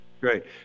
Great